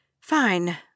Fine